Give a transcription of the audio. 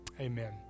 amen